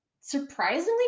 surprisingly